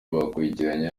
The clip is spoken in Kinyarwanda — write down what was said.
bakurikiranye